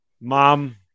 Mom